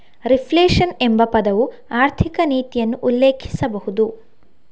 reflation ಎಂಬ ಪದವು ಆರ್ಥಿಕ ನೀತಿಯನ್ನು ಉಲ್ಲೇಖಿಸಬಹುದು